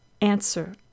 Answer